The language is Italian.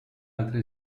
altre